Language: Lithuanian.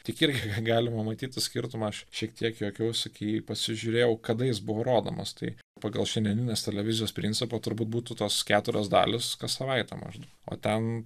tik irgi galima matyt tą skirtumą aš šiek tiek juokiausi kai pasižiūrėjau kada jis buvo rodomas tai pagal šiandieninės televizijos principą turbūt būtų tos keturios dalys kas savaitę maždaug o ten